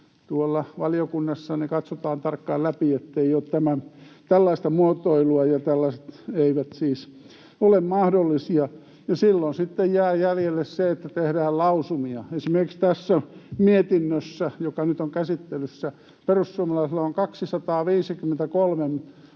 Tuolla valiokunnassa ne katsotaan tarkkaan läpi, ettei ole tällaista muotoilua. Tällaiset eivät siis ole mahdollisia, ja silloin sitten jää jäljelle se, että tehdään lausumia. Esimerkiksi tässä mietinnössä, joka nyt on käsittelyssä, perussuomalaisilla on 253